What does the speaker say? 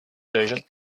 version